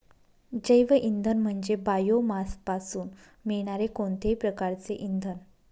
जैवइंधन म्हणजे बायोमासपासून मिळणारे कोणतेही प्रकारचे इंधन